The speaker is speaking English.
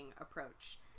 approach